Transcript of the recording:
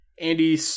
Andy